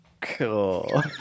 Cool